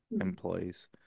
employees